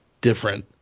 different